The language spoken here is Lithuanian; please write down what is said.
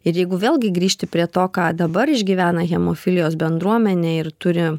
ir jeigu vėlgi grįžti prie to ką dabar išgyvena hemofilijos bendruomenė ir turi